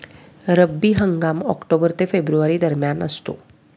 रब्बी हंगाम ऑक्टोबर ते फेब्रुवारी दरम्यान असतो